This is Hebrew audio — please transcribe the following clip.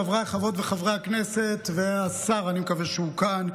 חברי וחברות הכנסת, והשר, אני מקווה שהוא כאן.